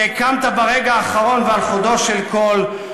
שהקמת ברגע האחרון ועל חודו של קול,